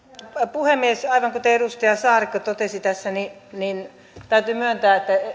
puhemies aivan kuten edustaja saarikko totesi tässä täytyy myöntää että